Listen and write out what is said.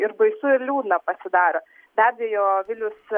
ir baisu ir liūdna pasidaro be abejo vilius